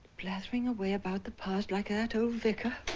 blathering away about the past like that old vicar.